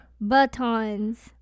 Batons